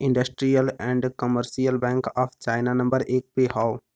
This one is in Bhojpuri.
industrial and commercial bank of China number एक पे हौ